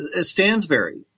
Stansbury